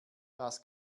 das